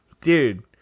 Dude